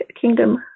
kingdom